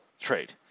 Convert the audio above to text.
trade